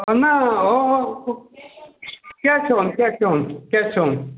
ना हो case on case on